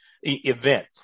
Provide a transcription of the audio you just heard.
event